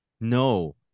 No